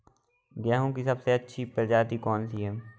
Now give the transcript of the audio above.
गेहूँ की सबसे अच्छी प्रजाति कौन सी है?